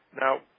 Now